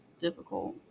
difficult